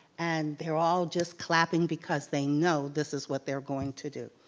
and they're all just clapping because they know this is what they're going to do.